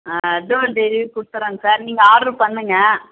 அதுவும் டெலிவரி கொடுத்துடுறோங்க சார் நீங்கள் ஆடர் பண்ணுங்க